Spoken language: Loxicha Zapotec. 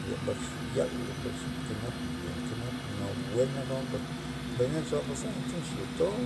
Le mbak chu yal le mbak nchu nke nap yo nkenap nawue nak roa mbak, mbay na nzo roa mbak nxuuu ton